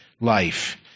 life